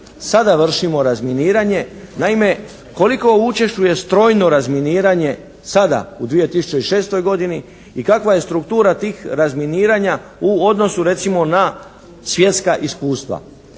sada vršimo razminiranje. Naime koliko učestvuje strojno razminiranje sada u 2006. godini i kakva je struktura tih razminiranja u odnosu recimo na svjetska iskustva.